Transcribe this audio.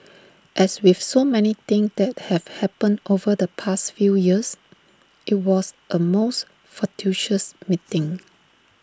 as with so many things that have happened over the past few years IT was A most fortuitous meeting